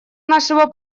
нашего